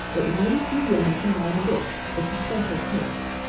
but mighty few women can write a book. it's a special curse.